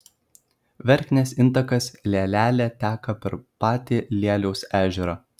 verknės intakas lielelė teka per patį lieliaus ežerą